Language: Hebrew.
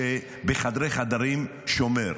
שבחדרי-חדרים שומר,